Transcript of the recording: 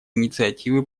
инициативы